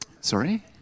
Sorry